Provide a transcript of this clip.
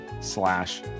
slash